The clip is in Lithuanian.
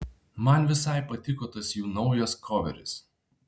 man visai patiko tas jų naujas koveris